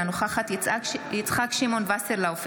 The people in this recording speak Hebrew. אינה נוכחת יצחק שמעון וסרלאוף,